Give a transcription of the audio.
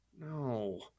no